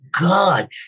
God